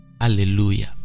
Hallelujah